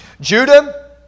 Judah